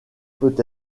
peut